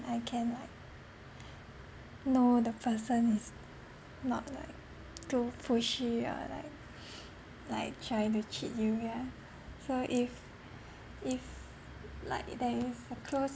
I can like know the person is not like too pushy or like like trying to cheat you yeah so if if like there is a close